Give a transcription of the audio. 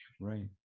right